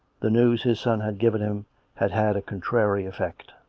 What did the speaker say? the news his son had given him had had a contrary effect.